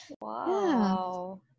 Wow